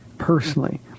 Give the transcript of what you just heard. personally